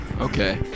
Okay